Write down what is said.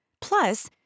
Plus